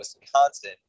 Wisconsin